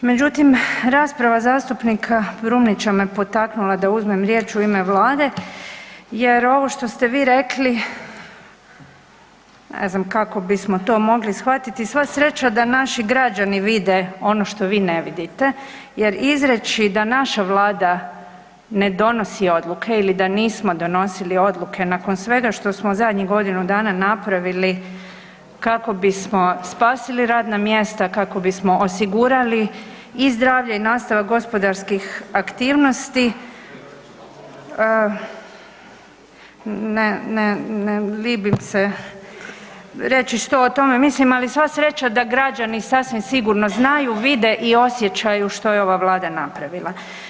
Međutim, rasprava zastupnika Brumnića me potaknula da uzmem riječ u ime Vlade, jer ovo što ste vi rekli ne znam kako bismo to mogli shvatiti, sva sreća da naši građani vide ono što vi ne vidite jer izreći da naša Vlada ne donosi odluke ili da nismo donosili odluke nakon svega što smo zadnjih godinu dana napravili kako bismo spasili radna mjesta, kako bismo osigurali i zdravlje i nastavak gospodarskih aktivnosti vi bi se, reći što o tome mislim ali sva sreća da građani sasvim sigurno znaju, vide i osjećaju što je ova Vlada napravila.